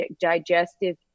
digestive